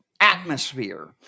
atmosphere